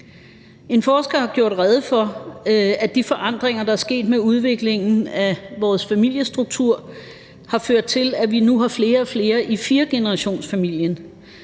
En forsker har gjort rede for, at de forandringer, der er sket med udviklingen af vores familiestruktur, har ført til, at vi nu har flere og flere i firegenerationsfamilien.